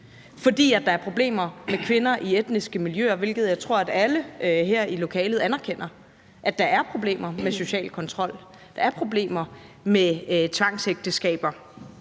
fordi der er problemer med kvinder i etniske miljøer. Jeg tror, at alle her i lokalet anerkender, at der er problemer med social kontrol, og at der er problemer med tvangsægteskaber,